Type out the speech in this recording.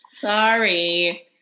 Sorry